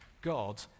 God